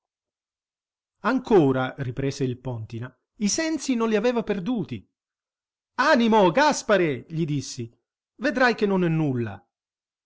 ancora riprese il póntina i sensi non li aveva perduti animo gaspare gli dissi vedrai che non è nulla